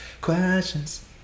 questions